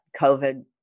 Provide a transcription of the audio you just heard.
COVID